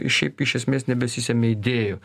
šiaip iš esmės nebesisemia idėjų